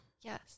Yes